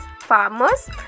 farmers